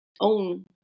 own